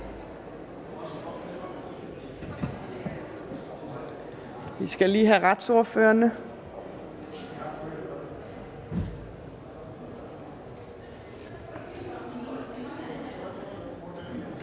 Vi skal lige have retsordførerne